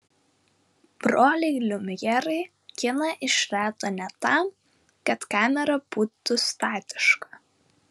broliai liumjerai kiną išrado ne tam kad kamera būtų statiška